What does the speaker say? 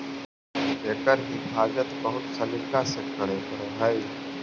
एकर हिफाज़त बहुत सलीका से करे पड़ऽ हइ